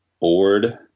bored